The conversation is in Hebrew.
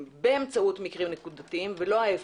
באמצעות מקרים נקודתיים ולא להפך.